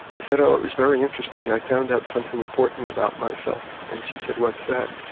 he said, oh, it was very interesting. i found out something important about myself. and she said, what's that?